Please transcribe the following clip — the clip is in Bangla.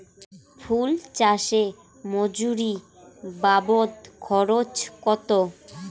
ফুল চাষে মজুরি বাবদ খরচ কত?